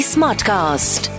Smartcast